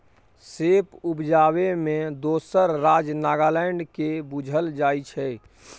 सेब उपजाबै मे दोसर राज्य नागालैंड केँ बुझल जाइ छै